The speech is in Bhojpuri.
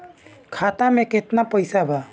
खाता में केतना पइसा बा?